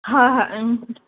ꯍꯥ ꯍꯥ ꯑꯪ